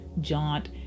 jaunt